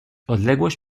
odległość